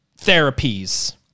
therapies